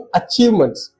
achievements